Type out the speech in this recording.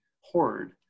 hoard